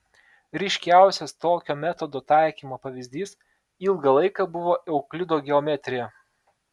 ryškiausias tokio metodo taikymo pavyzdys ilgą laiką buvo euklido geometrija